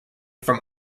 from